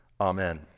amen